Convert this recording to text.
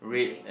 red